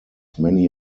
many